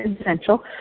essential